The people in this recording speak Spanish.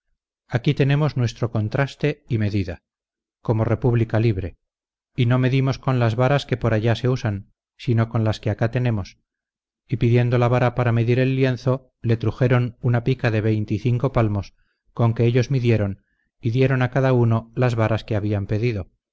aquí tenemos nuestro contraste y medida como república libre y no medimos con las varas que por allá se usan sino con las que acá tenemos y pidiendo la vara para medir el lienzo le trujeron una pica de veinte y cinco palmos con que ellos midieron y dieron a cada uno las varas que habían pedido